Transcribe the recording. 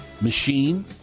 machine